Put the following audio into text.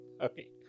Okay